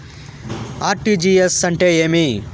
RTGS అంటే ఏమి?